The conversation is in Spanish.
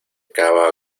acaba